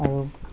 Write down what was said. আৰু